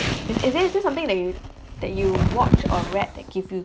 is there is there's something that you that you watch or read that give you